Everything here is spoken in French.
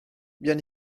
bien